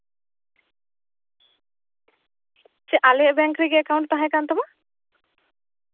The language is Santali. ᱪᱮᱫ ᱟᱞᱮᱭᱟᱜ ᱵᱮᱝᱠ ᱨᱮᱜᱮ ᱮᱠᱟᱣᱩᱱᱴ ᱛᱟᱦᱮᱸ ᱠᱟᱱ ᱛᱟᱢᱟ